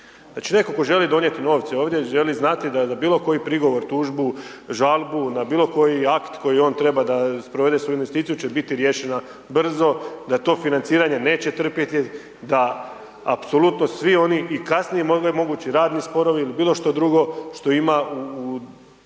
Znači netko to želi donijeti novce ovdje, želi znati da za bilo koji prigovor, tužbu, žalbu na bilo koji akt koji oni treba da sprovede svoju investiciju će biti riješena brzo, da to financiranje neće trpjeti, da apsolutno svi oni i kasnije mogući radni sporovi ili bilo što drugo što ima u